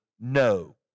no